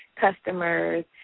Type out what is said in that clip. customers